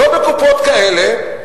לא בקופות כאלה,